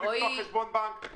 לא לפתוח חשבון בנק,